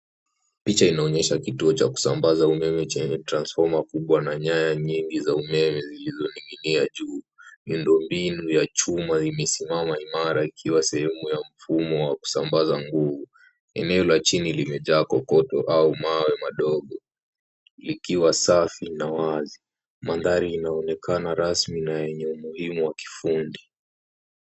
Picha inaonyesha kituo cha kusambaza umeme chenye transfoma kubwa na nyaya nyingi za umeme zilizoning'inia juu. Miundo mbinu ya chuma imesimama imara ikiwa sehemu ya mfumo wa kusambaza nguvu. Eneo la chini limejaa kokoto au mawe madogo, likiwa safi na wazi. Mandhari inaonekana rasmi na yenye umuhimu wa kiufundi.